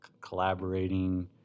collaborating